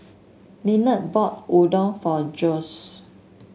Linette bought Udon for Josue